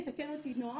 יתקן אותי נח,